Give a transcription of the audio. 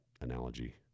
analogy